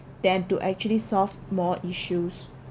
than to actually solve more issues